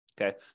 Okay